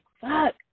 fuck